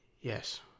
Yes